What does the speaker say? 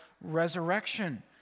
resurrection